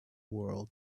world